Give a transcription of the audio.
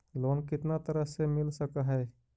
Loan कितना तरह से मिल सक है?